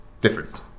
different